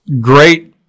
great –